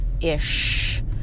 ish